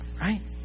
Right